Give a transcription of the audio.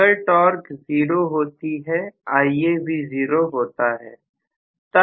अगर torch zero होती Ia भी जीरो होता